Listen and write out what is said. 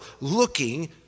looking